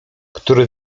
który